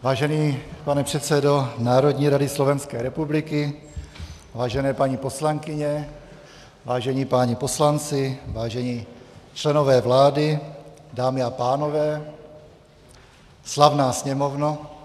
Vážený pane předsedo Národní rady Slovenské republiky, vážené paní poslankyně, vážení páni poslanci, vážení členové vlády, dámy a pánové, slavná Sněmovno.